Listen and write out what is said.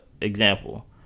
example